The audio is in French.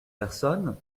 personnes